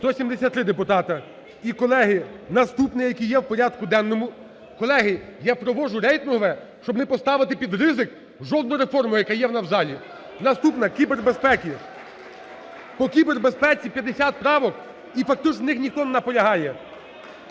За-173 І, колеги, наступний, який є в порядку денному… Колеги, я проводжу рейтингове, щоб не поставити під ризик жодну реформу, яка є у нас в залі. Наступна – кібербезпеки. По кібербезпеці 50 правок і фактично на них ніхто не наполягає.